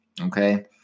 okay